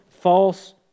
false